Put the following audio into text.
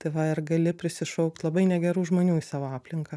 tai va ir gali prisišaukt labai negerų žmonių į savo aplinką